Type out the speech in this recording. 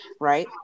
right